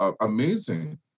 amazing